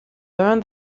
learn